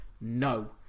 no